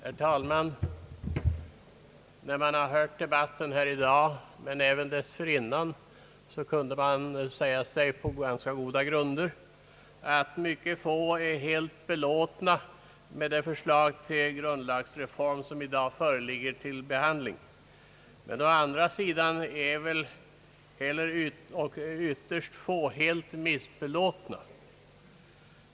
Herr talman! När man har hört debatten här i dag — och även följt debatten dessförinnan — har man på ganska goda grunder kunnat säga sig att få är helt belåtna med det förslag till grundlagsreform, som i dag föreligger till behandling, men att ytterst få å andra sidan är helt missbelåtna med förslaget.